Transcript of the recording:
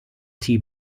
tea